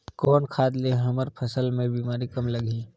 कौन खाद ले हमर फसल मे बीमारी कम लगही?